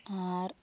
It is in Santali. ᱟᱨ